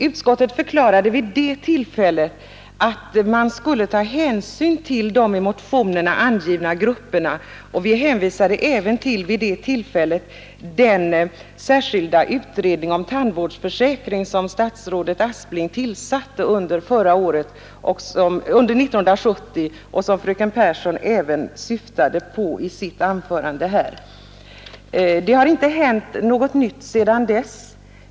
Utskottet förklarade vid det tillfället att man skulle ta hänsyn till de i motionerna angivna grupperna, och vi hänvisade även till den särskilda utredning om tandvårdsförsäkring som statsrådet Aspling tillsatte under 1970 och som fröken Pehrsson syftade på i sitt anförande. Det har inte hänt något nytt sedan dess.